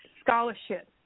scholarships